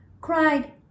cried